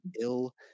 ill